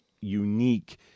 unique